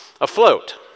afloat